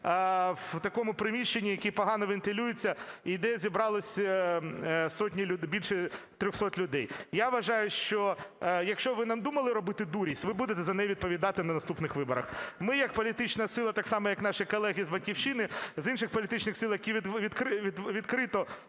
в такому приміщенні, яке погано вентилюється і де зібрались сотні, більше 300 людей. Я вважаю, що якщо ви надумали робити дурість, ви будете за неї відповідати на наступних виборах. Ми як політична сила, так само як і наші колеги з "Батьківщини", з інших політичних сил, які відкрито